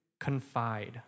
confide